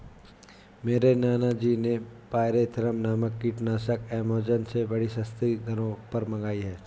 मेरे नाना जी ने पायरेथ्रम नामक कीटनाशक एमेजॉन से बड़ी सस्ती दरों पर मंगाई है